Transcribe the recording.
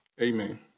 Amen